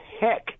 heck